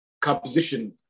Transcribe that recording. composition